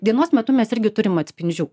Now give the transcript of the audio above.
dienos metu mes irgi turim atspindžių